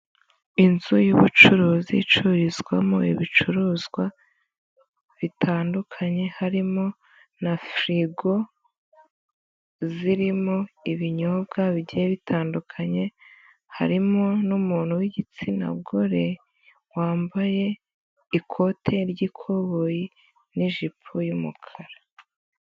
Inzu y'ubucuruzi icururizwamo ibicuruzwa bitandukanye harimo na firigo zirimo ibinyobwa bigiye bitandukanye, harimo n'umuntu w'igitsina gore wambaye ikote ry'ikoboyi n'ijipo y'umukara.